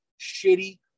shitty